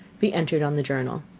be entered on the journal.